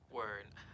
word